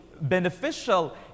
beneficial